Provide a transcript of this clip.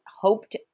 hoped